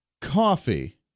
coffee